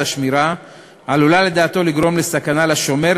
השמירה עלולה לדעתו לגרום לסכנה לשומר,